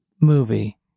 movie